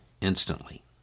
instantly